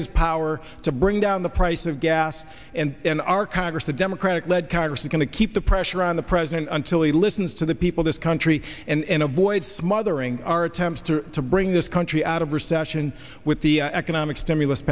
his power to bring down the price of gas and in our congress the democratic led congress are going to keep the pressure on the president until he listens to the people this country and avoid smothering our attempts to to bring this country out of recession with the economic stimulus